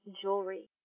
jewelry